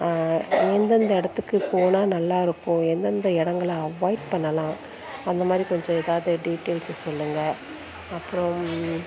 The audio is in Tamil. எந்தெந்த இடத்துக்கு போனால் நல்லா இருக்கும் எந்தெந்த இடங்கள அவாய்ட் பண்ணலாம் அந்த மாதிரி கொஞ்சம் ஏதாவது டீடைல்ஸை சொல்லுங்கள் அப்புறம்